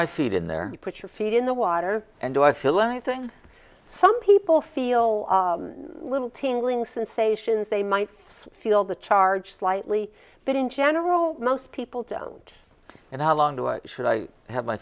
my feet in there put your feet in the water and do i feel i think some people feel a little tingle ing sensations they might feel the charge slightly but in general most people don't and how long do i should i have my